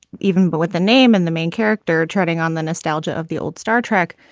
even but with the name and the main character treading on the nostalgia of the old star trek.